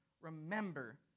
Remember